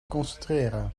concentreren